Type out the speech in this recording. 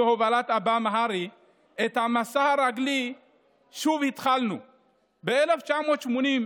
בעת החדשה רווח הביטוי במשמעות שונה,